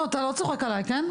נו, אתה לא צוחק עלי, כן?